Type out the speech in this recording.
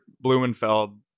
Blumenfeld